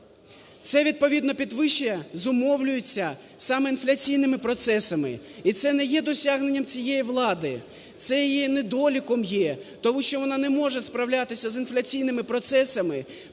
Це відповідно підвищення зумовлюється саме інфляційними процесами. І це не є досягненням цієї влади. Це її недоліком є, тому що вона не може справлятися з інфляційними процесами,